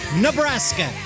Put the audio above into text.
Nebraska